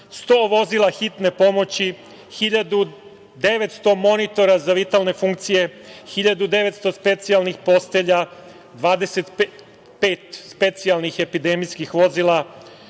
100 vozila hitne pomoći, 1.900 monitora za vitalne funkcije, 1.900 specijalnih postelja, 25 specijalnih epidemijskih vozila